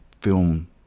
film